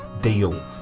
deal